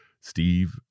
Steve